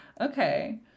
okay